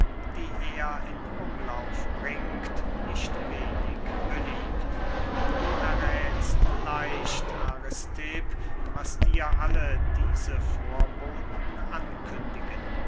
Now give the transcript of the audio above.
die er in umlauf bringt nicht wenig beliebt du erräthst leicht aristipp was dir alle diese vorboten ankündigen